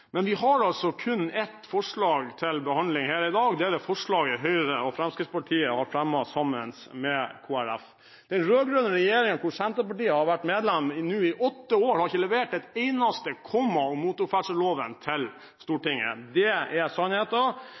Men vi har altså kun ett forslag til behandling her i dag. Det er det forslaget Høyre og Fremskrittspartiet har fremmet sammen med Kristelig Folkeparti. Den rød-grønne regjeringen, hvor Senterpartiet har vært medlem nå i åtte år, har ikke levert et eneste komma i motorferdselloven til Stortinget. Det er